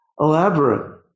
elaborate